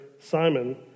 Simon